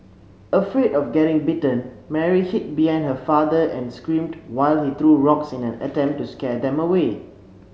afraid of getting bitten Mary hid behind her father and screamed while he threw rocks in an attempt to scare them away